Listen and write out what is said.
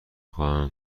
خواهم